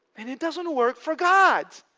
and it doesn't work for god.